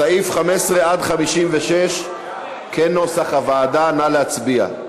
סעיף 15 עד 56 כנוסח הוועדה, נא להצביע.